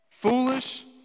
Foolish